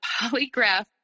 polygraph